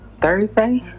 Thursday